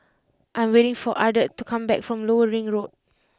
I am waiting for Ardeth to come back from Lower Ring Road